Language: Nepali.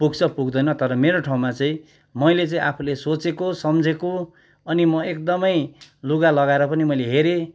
पुग्छ पुग्दैन तर मेरो ठाउँमा चाहिँ मैले चाहिँ आफूले सोचेको सम्झेको अनि म एकदमै लुगा लगाएर पनि मैले हेरेँ